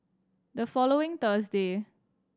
the following Thursday